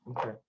Okay